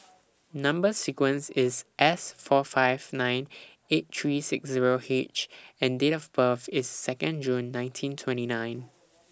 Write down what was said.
Number sequence IS S four five nine eight three six Zero H and Date of birth IS Second June nineteen twenty nine